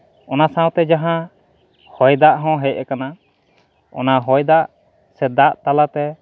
ᱚᱱᱟ ᱥᱟᱶᱛᱮ ᱡᱟᱦᱟᱸ ᱦᱚᱭ ᱫᱟᱜ ᱦᱚᱸ ᱦᱮᱡ ᱟᱠᱟᱱᱟ ᱚᱱᱟ ᱦᱚᱭ ᱫᱟᱜ ᱥᱮ ᱫᱟᱜ ᱛᱟᱞᱟᱛᱮ